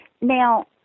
Now